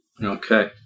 Okay